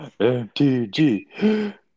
MTG